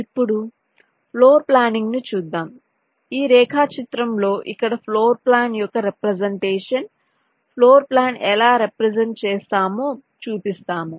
ఇప్పుడు ఒక ఫ్లోర్ప్లానింగ్ను చూద్దాం ఈ రేఖాచిత్రంలో ఇక్కడ ఫ్లోర్ప్లాన్ యొక్క రెప్రెసెంటేషన్ ఫ్లోర్ప్లాన్ ఎలా రెప్రెసెంట్ చేస్తామో చూపిస్తాము